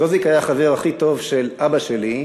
זוזיק היה החבר הכי טוב של אבא שלי,